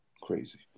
crazy